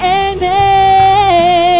amen